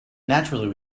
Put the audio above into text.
naturally